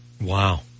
Wow